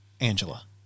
Angela